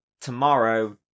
tomorrow